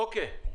אוקיי.